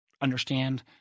understand